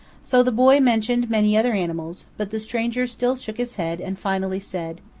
so the boy mentioned many other animals, but the stranger still shook his head, and finally said,